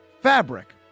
fabric